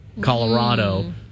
Colorado